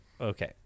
Okay